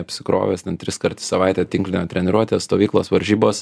apsikrovęs ten triskart į savaitę tinklinio treniruotės stovyklos varžybos